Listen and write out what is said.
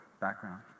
background